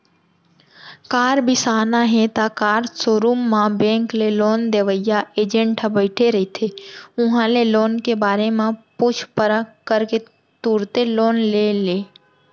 car बिसाना हे त कार सोरूम म बेंक ले लोन देवइया एजेंट ह बइठे रहिथे उहां ले लोन के बारे म पूछ परख करके तुरते लोन ले ले